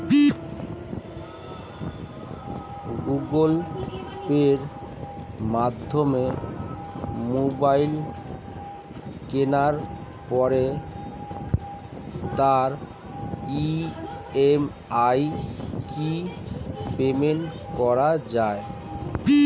Google পের মাধ্যমে mobile কেনার পরে তার ই.এম.আই কি পেমেন্ট করা যায়?